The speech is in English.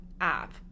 app